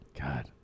God